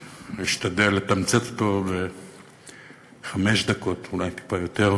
אשתדל לתמצת אותו בחמש דקות, אולי טיפה יותר.